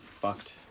fucked